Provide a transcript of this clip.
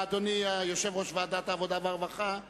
אדוני יושב-ראש ועדת העבודה, הרווחה והבריאות,